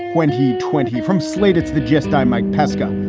when he twenty from slate, it's the gist. i'm mike pesca.